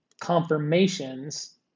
confirmations